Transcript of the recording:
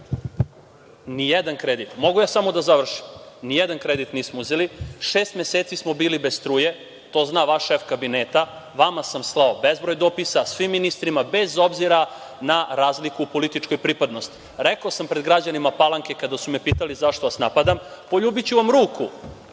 jedan kredit. Mogu samo ja da završim. Ni jedan kredit nismo uzeli. Šest meseci smo bili bez struje, to zna vaš šef kabineta, vama sam slao bezbroj dopisa, svim ministrima bez obzira na razliku u političkoj pripadnosti. Rekao sam pred građanima Palanke, kada su me pitali – zašto vas napadam? Poljubiću vam ruku.